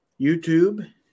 YouTube